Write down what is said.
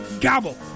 gobble